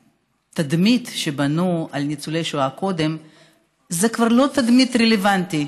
התדמית שבנו על ניצולי שואה קודם זאת כבר לא תדמית רלוונטית.